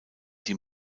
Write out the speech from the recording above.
die